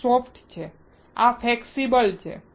આ સોફ્ટ છે આ ફ્લેક્સિબલ છે